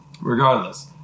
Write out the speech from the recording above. regardless